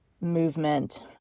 movement